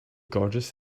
gorgeous